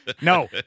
No